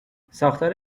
ساختار